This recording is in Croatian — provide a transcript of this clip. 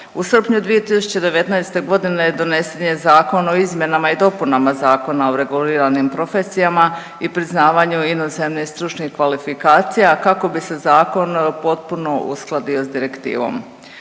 U srpnju 2019.g. donesen je Zakon o izmjenama i dopunama Zakona o reguliranim profesijama i priznavanju inozemne i stručnih kvalifikacija kako bi se zakon potpuno uskladio s direktivom.